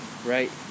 Right